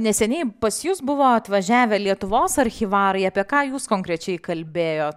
neseniai pas jus buvo atvažiavę lietuvos archyvarai apie ką jūs konkrečiai kalbėjot